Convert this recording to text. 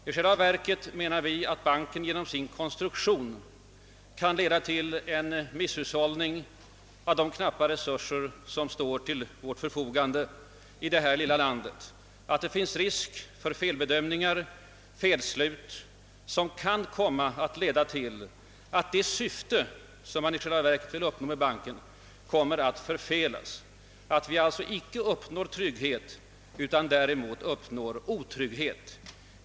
Vi menar att banken i själva verket genom sin konstruktion kan leda till en misshushållning med de knappa resurser som står till vårt förfogande i detta lilla land. Det föreligger risk för felbedömningar och felslut som kan komma att leda till att syftet med banken förfelas och att vi alltså inte åstadkommer trygghet utan otrygghet.